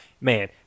man